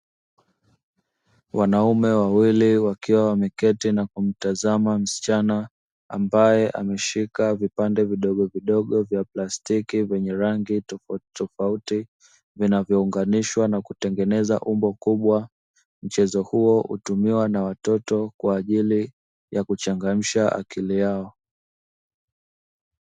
Wanaume wawili wakiwa wameketi na kumtazama msichana ambaye ameshika vipande vidogo vidogo vya plastiki vyenye rangi tofauti tofauti vinavyo unganishwa na kutengeneza umbo kubwa, mchezo huo hutumiwa na watoto kwajili ya kuchangamsha akili yao.